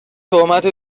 تهمت